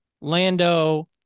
Lando